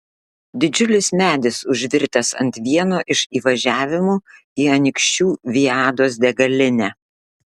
didžiulis medis užvirtęs ant vieno iš įvažiavimų į anykščių viados degalinę